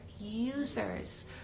users